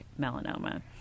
melanoma